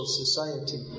society